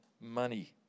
money